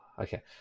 Okay